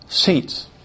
seats